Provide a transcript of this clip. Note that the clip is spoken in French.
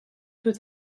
peut